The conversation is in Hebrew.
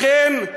לכן,